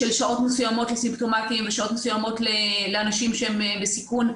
של שעות מסוימות לסימפטומטיים ושעות מסוימות לאנשים שהם בסיכון.